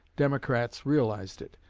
democrats realized it,